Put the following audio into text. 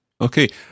Okay